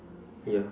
ya